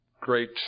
great